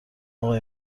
آقای